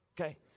okay